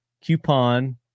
coupon